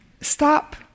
Stop